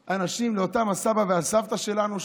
אנשים, לאותם סבא וסבתא שלנו.